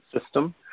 system